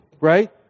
Right